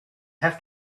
have